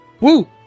woo